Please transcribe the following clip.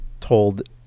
told